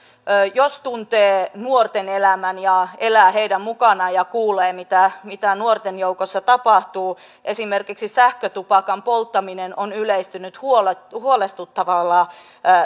jos tuntee nuorten elämän ja elää heidän mukanaan ja kuulee mitä mitä nuorten joukossa tapahtuu niin esimerkiksi sähkötupakan polttaminen on yleistynyt huolestuttavalla